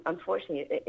Unfortunately